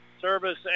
Service